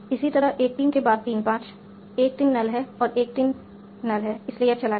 इसी तरह 13 के बाद 35 13 null है और 13 null है इसलिए यह चला गया